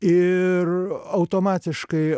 ir automatiškai